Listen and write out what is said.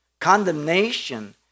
Condemnation